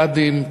מג"דים,